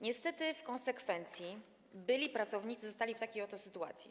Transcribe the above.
Niestety w konsekwencji byli pracownicy zostali w takiej oto sytuacji.